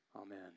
Amen